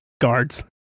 guards